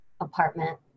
apartment